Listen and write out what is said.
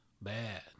bad